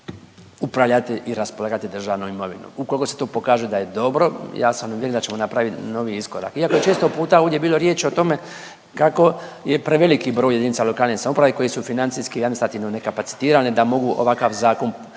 upravljati i raspolagati državnom imovinom. Ukoliko se to pokaže da je dobro ja sam uvjeren da ćemo napraviti novi iskorak. Iako je često puta ovdje bilo riječ o tome kako je preveliki broj jedinica lokalne samouprave koji su financijski i administrativno ne kapacitirane da mogu ovakav zakon